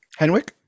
henwick